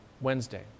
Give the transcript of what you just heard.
Wednesday